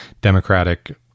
Democratic